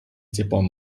ціпом